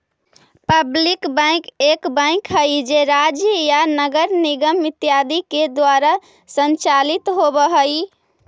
public bank एक bank हइ जे राज्य या नगर निगम इत्यादि के द्वारा संचालित होवऽ हइ